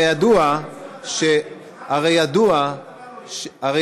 הרי ידוע, אמר לך השר.